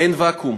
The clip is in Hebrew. אין ואקום.